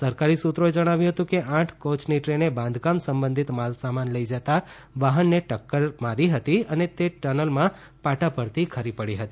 સરકારી સૂત્રોએ જણાવ્યું હતું કે આઠ કોચની ટ્રેને બાંધકામ સંબંધિત માલસામાન લઈ જતા વાહનને ટક્કર મારી હતી અને તે ટનલમાં પાટા પરથી ખડી પડી હતી